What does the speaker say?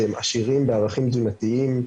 והם עשירים בערכים תזונתיים.